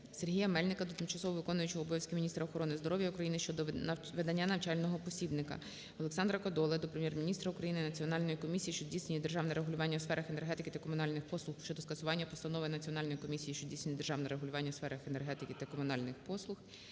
Сергія Мельника до тимчасово виконуючої обов'язки міністра охорони здоров'я України щодо видання навчального посібника. Олександра Кодоли до Прем'єр-міністра України, Національної комісії, що здійснює державне регулювання у сферах енергетики та комунальних послуг щодо скасування постанови Національної комісії, що здійснює державне регулювання у сферах енергетики та комунальних послуг